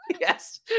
Yes